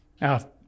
Now